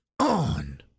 On